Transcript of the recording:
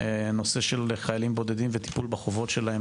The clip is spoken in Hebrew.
נושא של חיילים בודדים וטיפול בחובות שלהם,